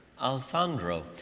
Alessandro